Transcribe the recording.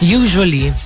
usually